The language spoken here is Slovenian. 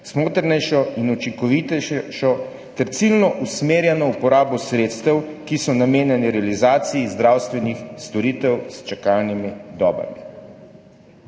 smotrnejšo in učinkovitejšo ter ciljno usmerjeno uporabo sredstev, ki so namenjena realizaciji zdravstvenih storitev s čakalnimi dobami.